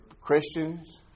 Christians